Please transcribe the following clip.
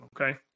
okay